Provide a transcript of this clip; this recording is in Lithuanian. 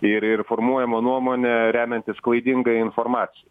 ir ir formuojama nuomonė remiantis klaidinga informacija